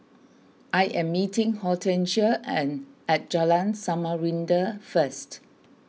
I am meeting Hortencia and at Jalan Samarinda first